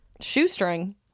shoestring